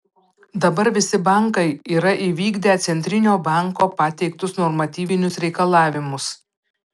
dabar visi bankai yra įvykdę centrinio banko pateiktus normatyvinius reikalavimus